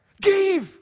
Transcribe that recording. Give